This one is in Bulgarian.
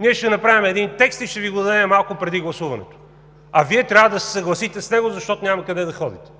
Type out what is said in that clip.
ние ще направим един текст и ще Ви го дадем малко преди гласуването, а Вие трябва да се съгласите с него, защото няма къде да ходите.